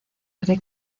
cree